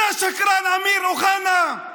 אתה שקרן, אמיר אוחנה.